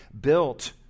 built